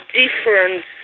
difference